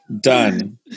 Done